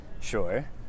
Sure